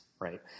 right